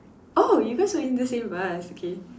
oh you guys are in the same bus okay